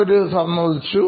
അത് സമ്മതിച്ചു